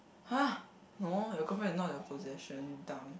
[huh] no your girlfriend not your possession dumb